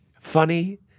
funny